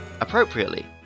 Appropriately